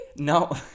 No